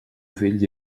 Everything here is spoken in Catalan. fills